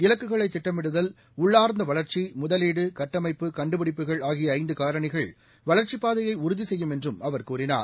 இலக்குகளை திட்டமிடுதல் உள்ளார்ந்த வளர்ச்சி முதலீடு கட்டமைப்பு கண்டுபிடிப்புகள் ஆகிய ஐந்து காரணிகள் வளர்ச்சிப்பாதையை உறுதி செய்யும் என்றும் அவர் கூறினார்